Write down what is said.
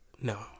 No